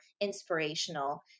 inspirational